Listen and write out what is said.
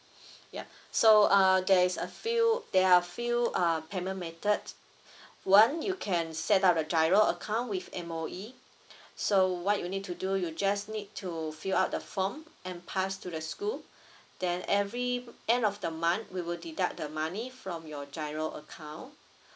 yup so uh there is a few there are a few um payment method one you can set up a giro account with M_O_E so what you need to do you just need to fill up the form and pass to the school then every end of the month we will deduct the money from your giro account